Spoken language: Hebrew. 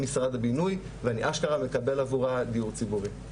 במשרד הבינוי ואני אשכרה מקבל עבורה דיור ציבורי.